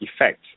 effect